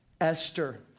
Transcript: Esther